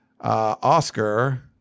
Oscar